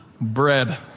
Bread